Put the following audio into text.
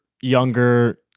younger